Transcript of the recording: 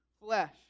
flesh